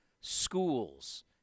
schools